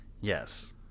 Yes